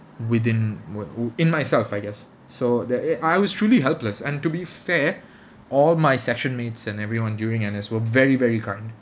within were w~ in myself I guess so that uh I was truly helpless and to be fair all my sections mates and everyone during N_S were very very kind